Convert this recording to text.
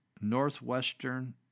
Northwestern